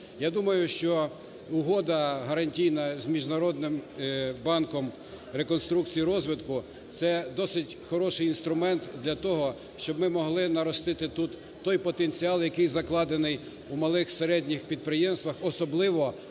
Я думаю, що Угода гарантійна з Міжнародним банком реконструкції і розвитку – це досить хороший інструмент для того, щоб ми могли наростити тут той потенціал, який закладений у малих, середніх підприємствах, особливо